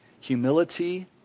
Humility